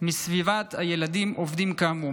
מסביבת הילדים עובדים כאמור.